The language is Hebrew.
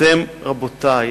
אתם, רבותי,